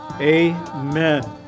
Amen